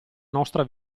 nostra